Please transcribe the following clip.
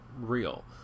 real